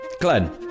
Glenn